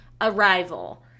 arrival